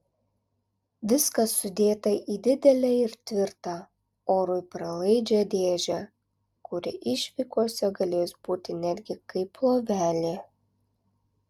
viskas sudėta į didelę ir tvirtą orui pralaidžią dėžę kuri išvykose galės būti netgi kaip lovelė